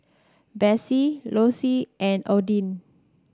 Besse Loyce and Odin